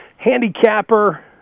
handicapper